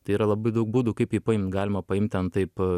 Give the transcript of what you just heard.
tai yra labai daug būdų kaip jį paimt galima paimt ten taip